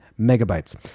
megabytes